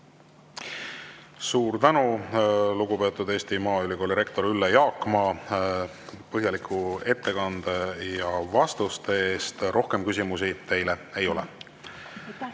Suur tänu, lugupeetud Eesti Maaülikooli rektor Ülle Jaakma, põhjaliku ettekande ja vastuste eest! Rohkem küsimusi teile ei ole.